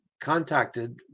contacted